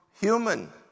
human